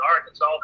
Arkansas